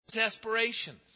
aspirations